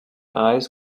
eyes